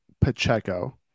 Pacheco